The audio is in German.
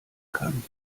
kann